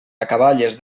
acaballes